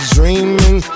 Dreaming